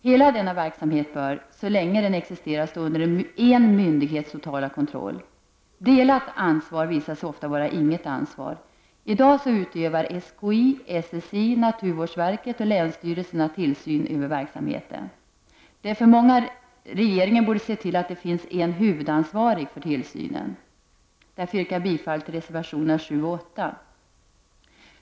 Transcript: Hela denna verksamhet bör, så länge den existerar, stå under en myndighets totala kontroll. Delat ansvar visar sig ofta vara inget ansvar. I dag utövar SKI, SSI, naturvårdsverket och länsstyrelserna tillsyn över verksamheten. Regeringen borde se till att det finns en huvudansvarig för tillsynen. Därför yrkar jag bifall till reservationerna 7 och 8.